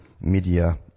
media